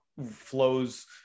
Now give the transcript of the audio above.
flows